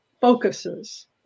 focuses